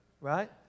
right